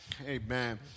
Amen